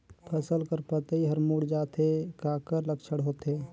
फसल कर पतइ हर मुड़ जाथे काकर लक्षण होथे?